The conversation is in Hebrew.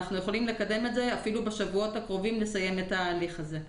ואנחנו יכולים לקדם את זה ואפילו לסיים את ההליך הזה בשבועות הקרובים.